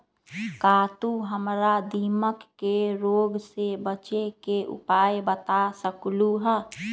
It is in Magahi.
का तू हमरा दीमक के रोग से बचे के उपाय बता सकलु ह?